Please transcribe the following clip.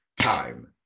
time